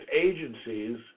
agencies